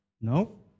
No